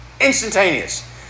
Instantaneous